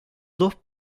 dos